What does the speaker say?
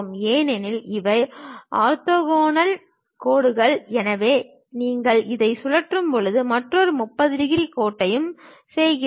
ஏனெனில் இவை ஆர்த்தோகனல் கோடுகள் எனவே நீங்கள் அதை சுழற்றும்போது மற்றொன்று 30 டிகிரி கோட்டையும் செய்கிறது